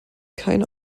keine